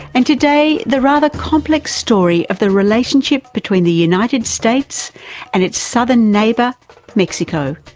and today the rather complex story of the relationship between the united states and its southern neighbour mexico.